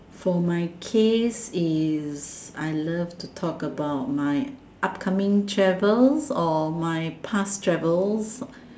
for my case is I love to talk about my upcoming travels or my past travels